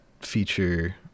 feature